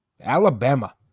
Alabama